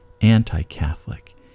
anti-catholic